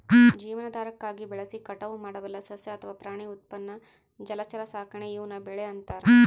ಜೀವನಾಧಾರಕ್ಕಾಗಿ ಬೆಳೆಸಿ ಕಟಾವು ಮಾಡಬಲ್ಲ ಸಸ್ಯ ಅಥವಾ ಪ್ರಾಣಿ ಉತ್ಪನ್ನ ಜಲಚರ ಸಾಕಾಣೆ ಈವ್ನ ಬೆಳೆ ಅಂತಾರ